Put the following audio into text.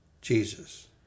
Jesus